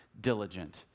diligent